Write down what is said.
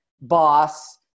boss